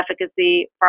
Efficacy